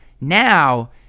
Now